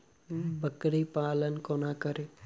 बकरी पालन कोना करि?